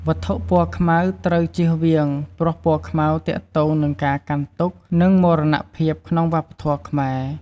វត្ថុពណ៌ខ្មៅត្រូវចៀសវាងព្រោះពណ៌ខ្មៅទាក់ទងនឹងការកាន់ទុក្ខ និងមរណភាពក្នុងវប្បធម៌ខ្មែរ។